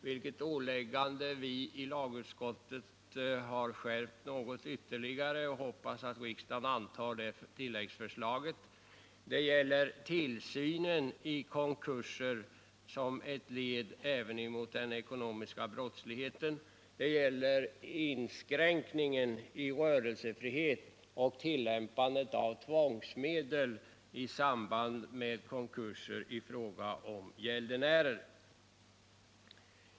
Det åläggandet har vi i lagutskottet föreslagit ytterligare skärpt, ochvi hoppas att riksdagen antar det tilläggsförslaget. Det gäller också tillsynen i konkurser som ett led i kampen mot den ekonomiska brottsligheten. Det gäller inskränkningen i rörelsefrihet och tillämpandet av tvångsmedel mot gäldenärer i konkurser.